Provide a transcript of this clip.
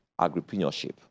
agripreneurship